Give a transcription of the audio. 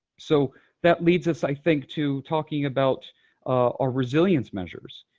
so that leads us, i think, to talking about our resilience measures.